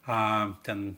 a ten